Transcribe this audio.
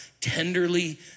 tenderly